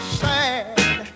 sad